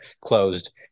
closed